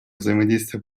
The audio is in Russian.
взаимодействие